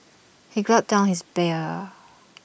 he gulped down his beer